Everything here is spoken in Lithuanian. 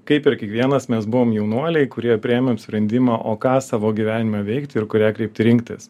kaip ir kiekvienas mes buvom jaunuoliai kurie priėmėme sprendimą o ką savo gyvenime veikti ir kurią kryptį rinktis